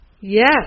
Yes